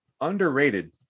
Underrated